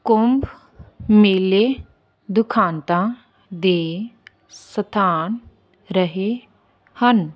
ਕੁੰਭ ਮੇਲੇ ਦੁਖਾਂਤਾਂ ਦੇ ਸਥਾਨ ਰਹੇ ਹਨ